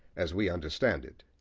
as we understand it.